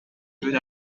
put